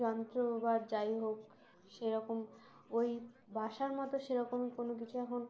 যন্ত্র বা যাই হোক সেরকম ওই বাসার মতো সেরকমই কোনো কিছু এখন